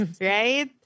Right